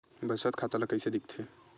बचत खाता ला कइसे दिखथे?